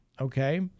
okay